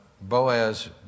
Boaz